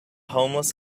homeless